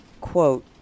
quote